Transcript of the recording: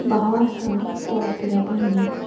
भाव आसा तो आपल्या भयणीक